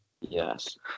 Yes